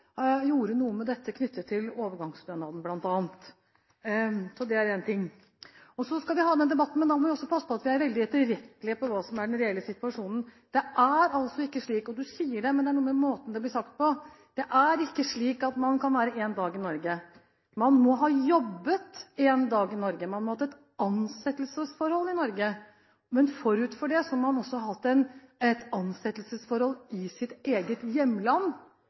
gjorde noe med dette knyttet til bl.a. overgangsstønaden. Det er én ting. Så skal vi ha den debatten, men da må vi også passe på at vi er veldig etterrettelige når det gjelder hva som er den reelle situasjonen. Representanten sier det, men det er noe med måten det blir sagt på. Det er altså ikke slik at man kan være én dag i Norge. Man må ha jobbet én dag i Norge, man må ha hatt et ansettelsesforhold i Norge. Men forut for det må man også ha hatt et ansettelsesforhold i sitt eget hjemland